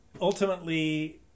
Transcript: ultimately